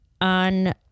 on